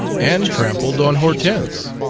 and trampled on hortense